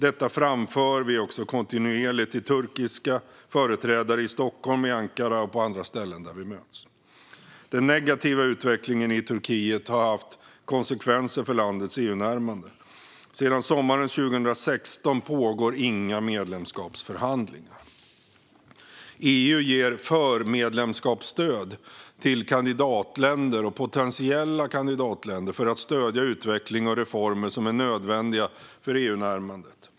Detta framför vi kontinuerligt till turkiska företrädare i Stockholm, i Ankara och på andra ställen där vi möts. Den negativa utvecklingen i Turkiet har haft konsekvenser för landets EU-närmande. Sedan sommaren 2016 pågår inga medlemskapsförhandlingar. EU ger förmedlemskapsstöd till kandidatländer och potentiella kandidatländer för att stödja utveckling och reformer som är nödvändiga för EU-närmandet.